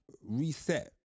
reset